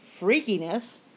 freakiness